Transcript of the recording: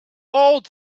old